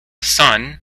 son